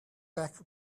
back